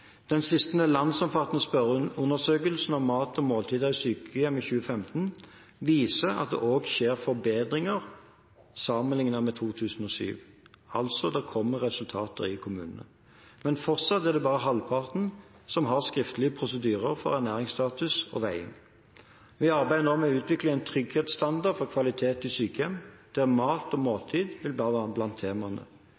Den siste landsomfattende spørreundersøkelsen om mat og måltider på sykehjem i 2015 viser at det skjer forbedringer sammenlignet med 2007. Det kommer altså resultater i kommunene. Men det er fortsatt bare halvparten som har skriftlige prosedyrer for ernæringsstatus og veiing. Vi arbeider nå med å utvikle en trygghetsstandard for kvalitet i sykehjem, der mat og